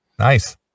Nice